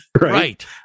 Right